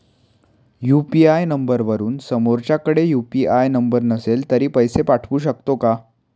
UPI नंबरवरून समोरच्याकडे UPI number नसेल तरी पैसे पाठवू शकते का?